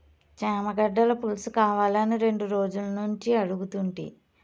చేమగడ్డల పులుసుకావాలని రెండు రోజులనుంచి అడుగుతుంటి